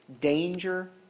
danger